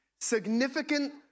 significant